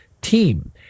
team